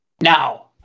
Now